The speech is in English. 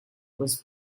was